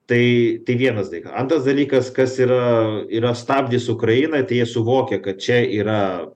tai tik vienas daiha antras dalykas kas yra yra stabdis ukrainai tai jie suvokia kad čia yra